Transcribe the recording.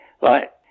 right